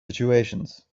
situations